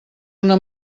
una